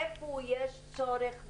איפה יש צורך,